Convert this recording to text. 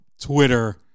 Twitter